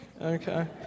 okay